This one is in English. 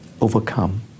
overcome